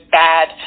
bad